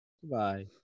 Goodbye